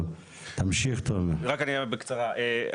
רק אני אומר בקצרה,